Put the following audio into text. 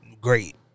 great